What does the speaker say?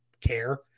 care